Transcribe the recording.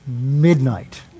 midnight